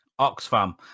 oxfam